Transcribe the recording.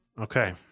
Okay